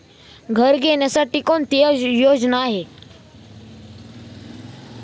घर घेण्यासाठी कोणती योजना आहे?